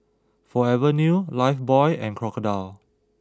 Forever New Lifebuoy and Crocodile